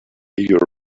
your